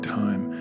time